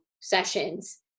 sessions